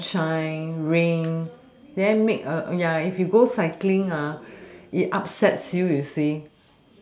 sunshine rain then make ya if you go cycling it upsets you you see